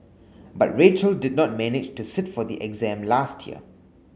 but Rachel did not manage to sit for the exam last year